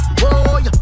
boy